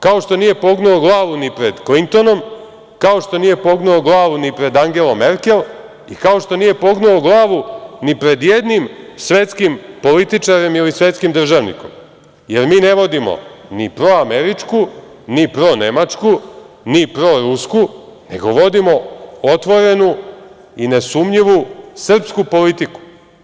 Kao što nije pognuo glavu ni pred Klintonom, kao što nije pognuo glavu ni pred Angelom Merkel i kao što nije pognuo glavu ni pred jednim svetskim političarem ili svetskim državnikom, jer mi ne vodimo ni proameričku, ni pronemačku, ni prorusku, nego vodimo otvorenu i nesumnjivo srpsku politiku.